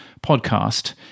podcast –